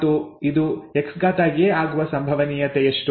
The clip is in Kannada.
ಮತ್ತು ಇದು Xa ಆಗುವ ಸಂಭವನೀಯತೆ ಎಷ್ಟು